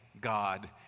God